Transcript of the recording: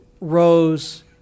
rose